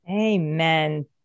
Amen